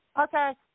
okay